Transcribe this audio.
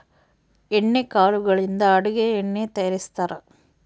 ಎಣ್ಣೆ ಕಾಳುಗಳಿಂದ ಅಡುಗೆ ಎಣ್ಣೆ ತಯಾರಿಸ್ತಾರಾ